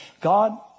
God